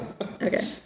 Okay